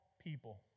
people